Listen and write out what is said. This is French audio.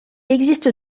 existe